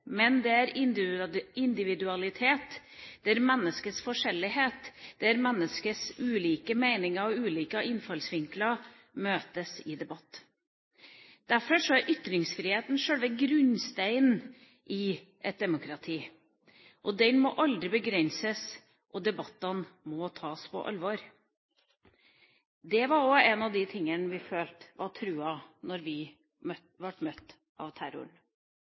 men der individualitet, der menneskets forskjellighet, der menneskets ulike meninger og ulike innfallsvinkler møtes i debatt. Derfor er ytringsfriheten sjølve grunnsteinen i et demokrati. Den må aldri begrenses, og debattene må tas på alvor. Det var også en av de tingene vi følte var truet da vi ble møtt av terroren.